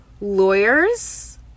lawyers